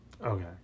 Okay